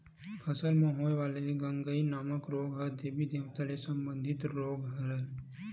फसल म होय वाले गंगई नामक रोग ह देबी देवता ले संबंधित रोग हरय